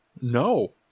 no